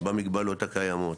במגבלות הקיימות,